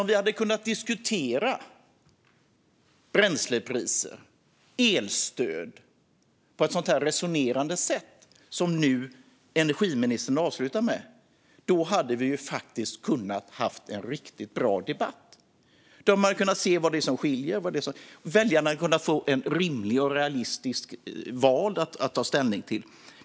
Om vi hade kunnat diskutera bränslepriser och elstöd på ett sådant här resonerande sätt som energiministern nu avslutar med hade vi faktiskt kunnat ha en riktigt bra debatt. Då hade man kunnat se vad det är som skiljer, och väljarna hade kunnat få ett rimligt och realistiskt val att ta ställning till.